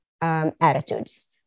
attitudes